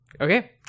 okay